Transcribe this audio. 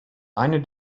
eine